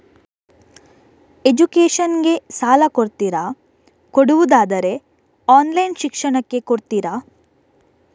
Education ಗೆ ಸಾಲ ಕೊಡ್ತೀರಾ, ಕೊಡುವುದಾದರೆ ಆನ್ಲೈನ್ ಶಿಕ್ಷಣಕ್ಕೆ ಕೊಡ್ತೀರಾ?